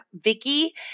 Vicky